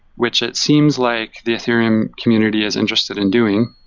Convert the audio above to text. which it seems like the ethereum community is interested in doing.